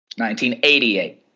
1988